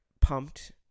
pumped